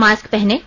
mask पहनें